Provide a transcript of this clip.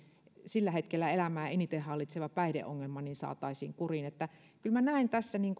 sillä hetkellä tämän ihmisen elämää eniten hallitseva päihdeongelma saataisiin kuriin kyllä minä näen